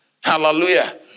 Hallelujah